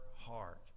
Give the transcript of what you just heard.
heart